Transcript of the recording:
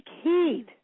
heed